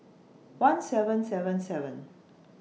one seven seven seven